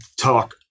talk